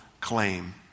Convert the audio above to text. claim